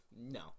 No